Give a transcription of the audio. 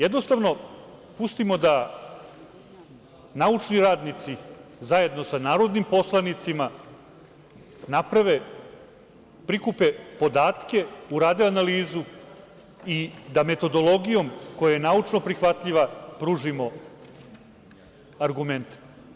Jednostavno, pustimo da naučni radnici zajedno sa narodnim poslanicima naprave, prikupe podatke, urade analizu i metodologijom koja je naučno prihvatljiva pružimo argumente.